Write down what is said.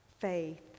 faith